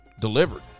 delivered